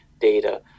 data